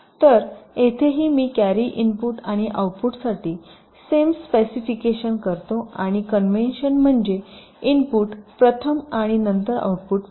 तर येथेही मी कॅरी इनपुट आणि आउटपुटसाठी सेम स्पेसिफिकेशन करते आणि कन्व्हेन्शन म्हणजे इनपुट प्रथम आणि नंतर आउटपुट मिळेल